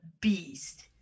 beast